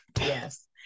Yes